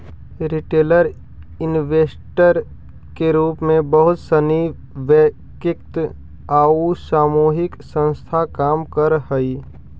retail investor के रूप में बहुत सनी वैयक्तिक आउ सामूहिक संस्था काम करऽ हइ